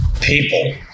people